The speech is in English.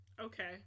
Okay